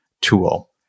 tool